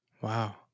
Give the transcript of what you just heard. Wow